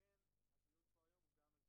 בגלל שיש דרכי פעולה חדשות,